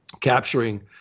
capturing